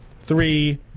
Three